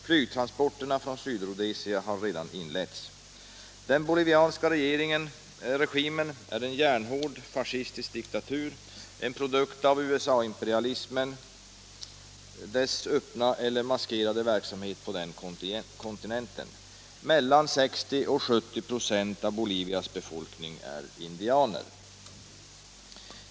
Flygtransporterna från Sydrhodesia har redan inletts. Den bolivianska regimen är en järnhård fascistisk diktatur, en produkt av USA-imperialismens öppna eller maskerade verksamhet i Latinamerika. Mellan 60 och 70 96 av Bolivias befolkning är indianer.